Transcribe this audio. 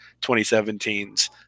2017s